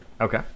Okay